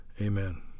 Amen